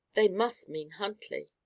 they must mean huntley.